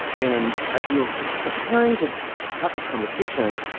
and as we were preparing to to to have this conversation,